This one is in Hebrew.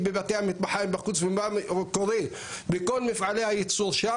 בבתי המטבחיים בחוץ ומה קורה בכל מפעלי הייצור שם,